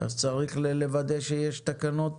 אז צריך לוודא שיש תקנות